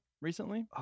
recently